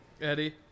Eddie